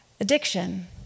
Addiction